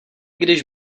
když